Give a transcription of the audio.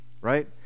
right